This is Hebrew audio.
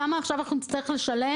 כמה עכשיו אנחנו נצטרך לשלם.